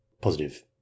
Positive